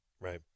right